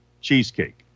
Cheesecake